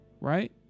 right